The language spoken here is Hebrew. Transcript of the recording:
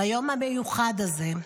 "ביום המיוחד הזה,